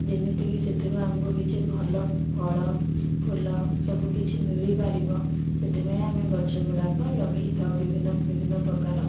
ଯେମିତିକି ସେଥିରୁ ଆମକୁ କିଛି ଭଲ ଫଳ ଫୁଲ ସବୁ କିଛି ମିଳିପାରିବ ସେଥିପାଇଁ ଆମେ ଗଛଗୁଡ଼ିକ ଲଗାଇଥାଉ ବିଭିନ୍ନ ବିଭିନ୍ନ ପ୍ରକାର